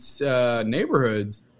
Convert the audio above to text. neighborhoods